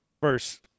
first